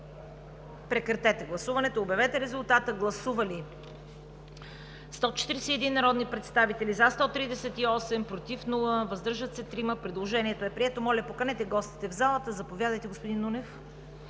представи за допуск на гостите в залата. Гласували 141 народни представители: за 138, против няма, въздържали се 3. Предложението е прието. Моля, поканете гостите в залата. Заповядайте, господин Нунев.